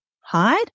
hide